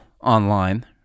online